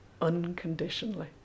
unconditionally